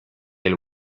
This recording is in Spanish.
del